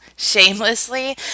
shamelessly